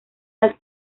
las